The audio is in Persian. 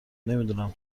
نمیدونم